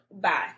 bye